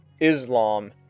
Islam